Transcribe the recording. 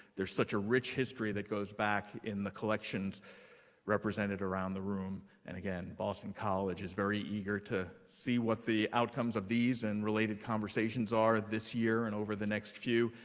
there's such a rich history that goes back in the collections represented around the room. and again, boston college is very eager to see what the outcomes of these and related conversations are this year and over the next few,